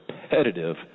competitive